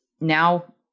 Now